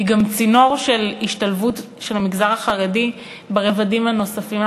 היא גם צינור של השתלבות של המגזר החרדי ברבדים הנוספים.